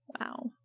Wow